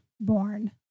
born